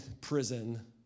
prison